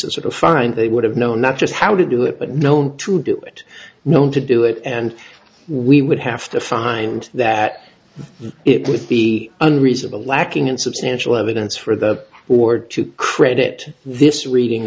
to sort of find they would have known not just how to do it but known to do it known to do it and we would have to find that it would be unreasonable lacking in substantial evidence for that or to credit this reading